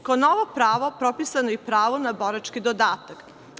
Kao novo pravo propisano je i pravo na borački dodatak.